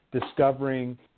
discovering –